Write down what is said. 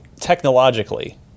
technologically